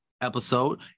episode